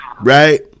right